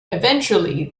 eventually